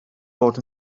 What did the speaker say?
bod